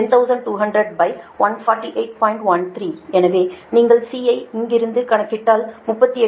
13 எனவே நீங்கள் C ஐ இங்கிருந்து கணக்கிட்டால் 38